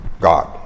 God